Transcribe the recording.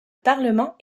parlement